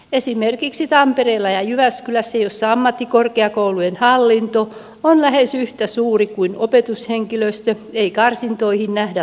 esimerkiksi tampereella ja jyväskylässä joissa ammattikorkeakoulujen hallinto on lähes yhtä suuri kuin opetushenkilöstö ei karsintoihin nähdä tarvetta